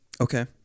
Okay